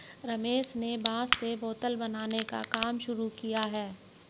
रमेश ने बांस से बोतल बनाने का काम शुरू किया है